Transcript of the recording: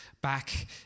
back